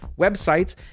websites